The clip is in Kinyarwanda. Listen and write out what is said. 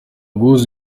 guhuza